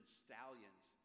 stallions